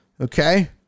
Okay